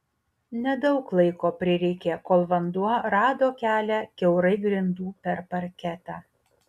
nedaug laiko prireikė kol vanduo rado kelią kiaurai grindų per parketą